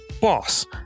Boss